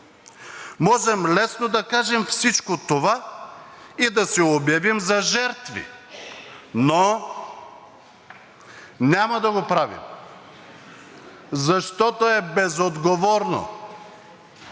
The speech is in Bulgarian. Можем лесно да кажем всичко това и да се обявим за жертви, но няма да го правим, защото е безотговорно,